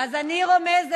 מה את רומזת?